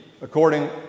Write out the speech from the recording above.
according